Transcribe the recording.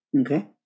okay